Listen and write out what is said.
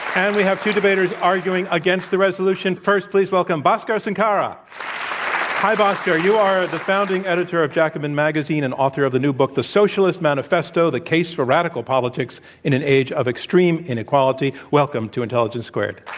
and we have two debaters arguing against the resolution, first, please welcome bhaskar sunkara hi, bhaskar. you are the founding editor of jacobin magazine and author of the new book, the specialist manifesto the case for radical politics in an age of extreme inequality. welcome to intelligence squared.